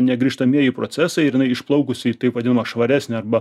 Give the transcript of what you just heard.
negrįžtamieji procesai ir jinai išplaukusį į taip vadinamą švaresnę arba